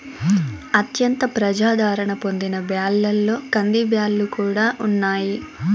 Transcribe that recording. అత్యంత ప్రజాధారణ పొందిన బ్యాళ్ళలో కందిబ్యాల్లు కూడా ఉన్నాయి